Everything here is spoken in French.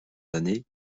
années